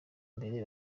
imbere